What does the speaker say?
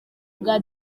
bwa